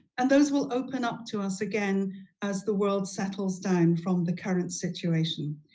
and those will open up to us again as the world settles down from the current situation.